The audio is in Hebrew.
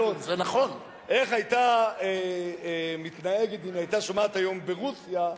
איך היתה מתנהגת אם היתה שומעת היום ברוסיה,